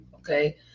Okay